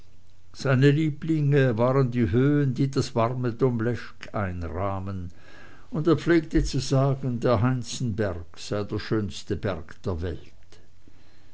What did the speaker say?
seine lieblinge waren die höhen die das warme domleschg einrahmen und er pflegte zu sagen der heinzenberg sei der schönste berg der welt